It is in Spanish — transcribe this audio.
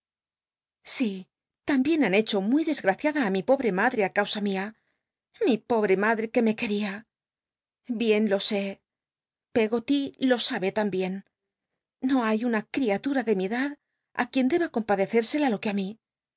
si tambien han hr ho muy tlrsgtaciada mi pobre madre á causa mia mi pobre madre qne nw quel'ia bien lo sé peggoly lo sabe lambicn no hay una criatura de mi edad ti quien deba compadccérsela lo c ue i mí